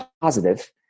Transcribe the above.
positive